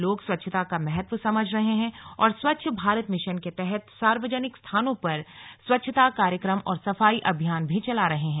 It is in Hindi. लोग स्वच्छता का महत्व समझ रहे हैं और स्वच्छ भारत मिशन के तहत सार्वजनिक स्थानों पर स्वच्छता कार्यक्रम और सफाई अभियान भी चला रहे हैं